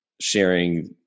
sharing